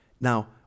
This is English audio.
now